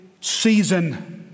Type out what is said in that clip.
season